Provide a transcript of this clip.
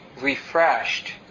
refreshed